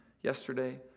yesterday